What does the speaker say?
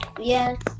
Yes